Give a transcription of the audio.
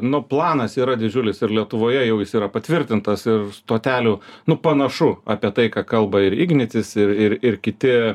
nu planas yra didžiulis ir lietuvoje jau jis yra patvirtintas ir stotelių nu panašu apie tai ką kalba ir ignitis ir ir ir kiti